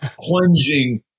plunging